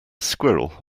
squirrel